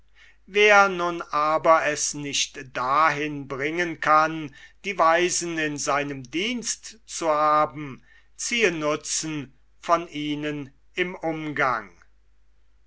wer nun aber es nicht dahin bringen kann die weisen in seinem dienst zu haben ziehe nutzen von ihnen im umgang